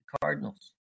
Cardinals